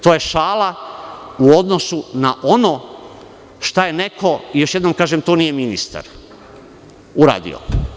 To je šala u odnosu na ono šta je neko, još jednom kažem da to nije ministar, uradio.